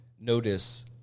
notice